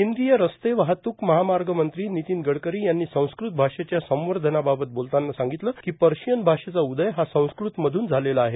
केंद्रीय रस्ते वाहतूक महामार्ग मंत्री नितीन गडकरी यांनी संस्कृत भाषेच्या संवर्धानाबाबत बोलतांना सांगितले की पर्शियन भाषेचा उदय हा संस्कृत मधून झालेला आहे